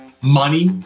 Money